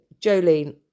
Jolene